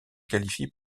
qualifie